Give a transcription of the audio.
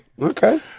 Okay